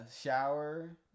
shower